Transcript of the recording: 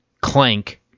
Clank